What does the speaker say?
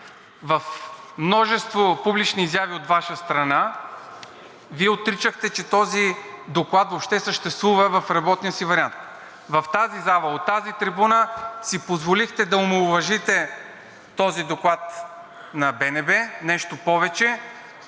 В множество публични изяви от Ваша страна Вие отричахте, че този доклад въобще съществува в работния си вариант. В тази зала, от тази трибуна, си позволихте да омаловажите този доклад на БНБ. Нещо повече,